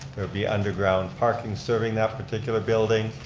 there would be underground parking serving that particular building.